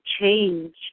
change